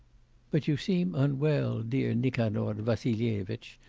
but you seem unwell, dear nikanor vassilyevitch.